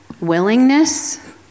Willingness